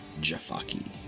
Jafaki